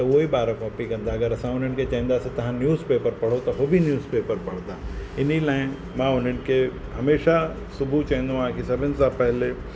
त उहा ई ॿार कॉपी कंदा अगरि असां उन्हनि खे चईंदासीं तव्हां न्यूज़ पेपर पढ़ो त उहो बि न्यूज़ पेपर पढ़ंदा इन्ही लाइ मां उन्हनि खे हमेशह सुबुह चवंदो आहे कि सभिनी सां पहिले